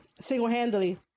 single-handedly